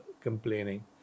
complaining